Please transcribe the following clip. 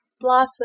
Blossom